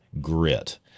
grit